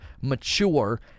mature